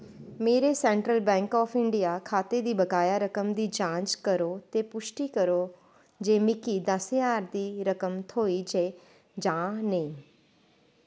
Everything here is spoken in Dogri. मेरे सैंट्रल बैंक आफ इंडिया खाते दी बकाया रकम दी जांच करो ते पुश्टी करो जे मिगी दस ज्हार दी रकम थ्होई ऐ जां नेईं